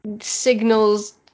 signals